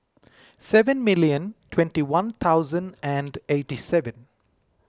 seven million twenty one thousand and eighty seven